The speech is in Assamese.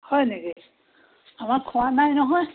হয় নেকি আমাৰ খোৱা নাই নহয়